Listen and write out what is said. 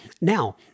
now